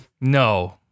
No